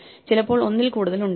ചിലപ്പോൾ ഒന്നിൽ കൂടുതൽ ഉണ്ടാകാം